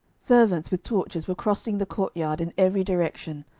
servants with torches were crossing the courtyard in every direction,